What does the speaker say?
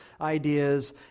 ideas